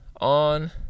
on